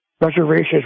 Reservations